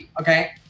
okay